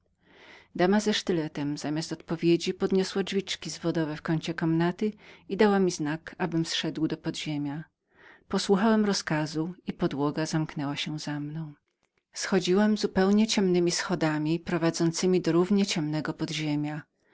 dama ze sztyletem zamiast odpowiedzi podniosła jedną deskę w kącie komnaty i dała mi znak abym zszedł do podziemia posłuchałem jej rozkazu i podłoga zamknęła się za mną schodziłem zupełnie ciemnemi schodami prowadzącemi do równie ciemnego podziemiapodziemia